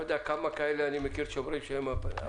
אתה יודע כמה כאלה אני מכיר שאומרים שהם הפנים של ישראל.